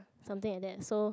something like that so